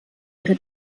ihre